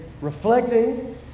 reflecting